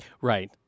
Right